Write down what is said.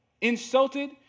Insulted